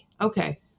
Okay